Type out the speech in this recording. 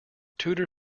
tudor